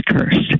cursed